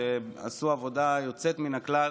שעשו עבודה יוצאת מן הכלל.